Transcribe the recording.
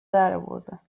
درآوردن